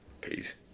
Peace